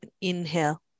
inhale